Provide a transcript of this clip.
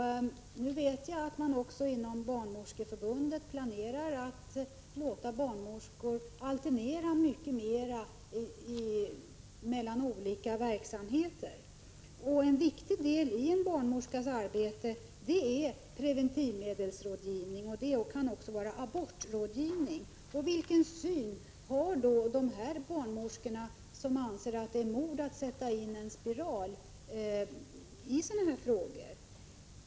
Jag vet att man inom Barnmorskeförbundet planerar att låta barnmorskor alternera mycket mera mellan olika verksamheter. En viktig del i en barnmorskas arbete är preventivmedelsrådgivning. Det kan också vara fråga om abortrådgivning. Vilken syn har då dessa barnmorskor, som anser att det är mord att sätta in en spiral, i sådana frågor?